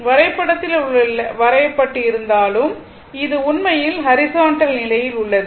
வரைபடத்தில் என்ன வரையப்பட்டு இருந்தாலும் அது உண்மையில் ஹாரிசான்டல் நிலையில் உள்ளது